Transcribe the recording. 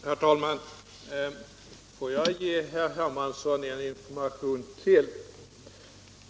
Herr talman! Får jag ge herr Hermansson en information till!